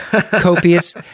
copious